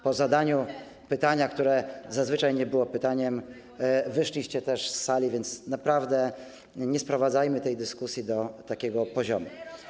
po zadaniu pytania, które zazwyczaj nie było pytaniem, wyszliście z sali, więc naprawdę nie sprowadzajmy tej dyskusji do takiego poziomu.